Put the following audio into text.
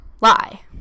Lie